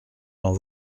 dans